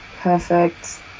perfect